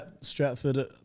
Stratford